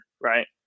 right